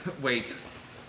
Wait